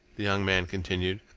the young man continued,